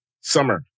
summer